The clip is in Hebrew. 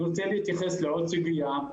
אני רוצה להתייחס לעוד סוגיה,